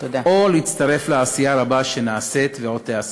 או להצטרף לעשייה הרבה שנעשית ועוד תיעשה.